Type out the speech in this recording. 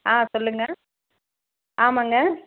ஆ சொல்லுங்க ஆமாங்க